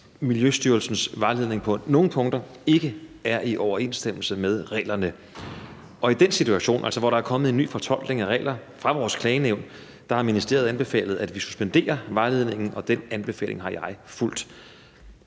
at Miljøstyrelsens vejledning på nogle punkter ikke er i overensstemmelse med reglerne. I den situation – altså hvor der er kommet en ny fortolkning af regler fra vores klagenævn – har ministeriet anbefalet, at vi suspenderer vejledningen, og den anbefaling har jeg fulgt.